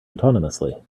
autonomously